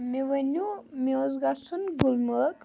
مےٚ ؤنو مےٚ اوس گَژھن گُلمَرگ